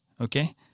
okay